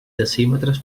decímetres